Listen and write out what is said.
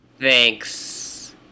Thanks